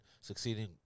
succeeding